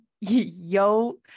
yo